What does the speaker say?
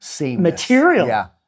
material